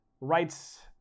rights